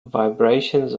vibrations